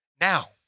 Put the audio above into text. now